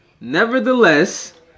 nevertheless